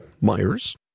Myers